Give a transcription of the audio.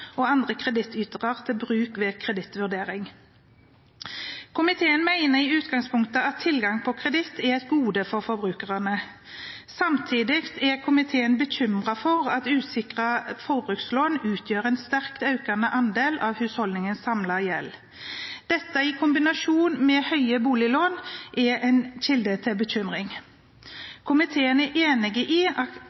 og andre kredittytere til bruk ved kredittvurdering. Komiteen mener i utgangspunktet at tilgang på kreditt er et gode for forbrukerne. Samtidig er komiteen bekymret for at usikret forbrukslån utgjør en sterkt økende andel av husholdningenes samlede gjeld. Dette i kombinasjon med høye boliglån er en kilde til bekymring. Komiteen er enig i at